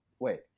Wait